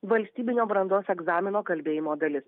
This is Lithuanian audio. valstybinio brandos egzamino kalbėjimo dalis